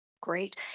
Great